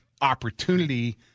opportunity